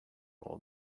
all